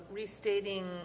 restating